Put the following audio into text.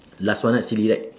last one ah silly right